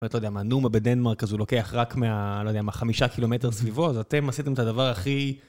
את לא יודעת מה, נומה בדנמרק הזה הוא לוקח רק מה, לא יודע, מה חמישה קילומטר סביבו, אז אתם עשיתם את הדבר הכי...